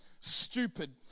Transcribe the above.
stupid